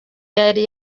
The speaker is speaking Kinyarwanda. yari